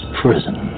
prison